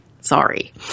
Sorry